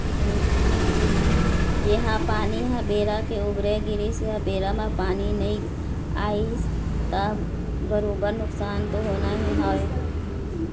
जिहाँ पानी ह बेरा के उबेरा गिरिस या बेरा म पानी नइ आइस त बरोबर नुकसान तो होना ही हवय